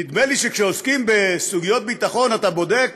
נדמה לי שכשעוסקים בסוגיות ביטחון, אתה בודק